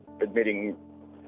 admitting